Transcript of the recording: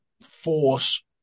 force